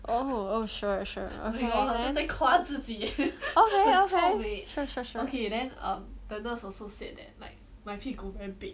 oh oh sure sure okay then okay okay sure sure sure